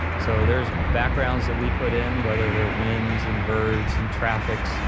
so there's backgrounds that we put in, whether there's winds and birds and traffics,